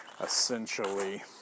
essentially